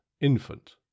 infant